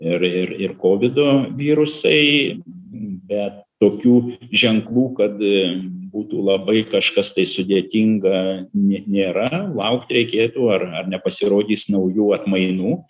ir ir ir kovido virusai bet tokių ženklų kad būtų labai kažkas tai sudėtinga nė nėra laukt reikėtų ar ar nepasirodys naujų atmainų